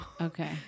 Okay